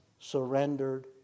surrendered